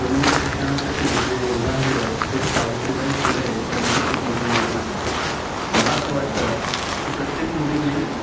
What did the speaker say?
मु मुलींच्या शिक्षणासाठी जे योगदान दिलंय ते सावित्रीभाई फुले यांचं खूप मोठं योगदान आहे मला असं वाटतं की प्रत्येक मुलीने